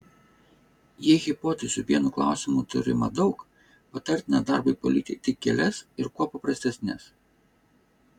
jei hipotezių vienu klausimu turima daug patartina darbui palikti tik kelias ir kuo paprastesnes